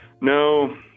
no